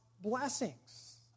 blessings